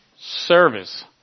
service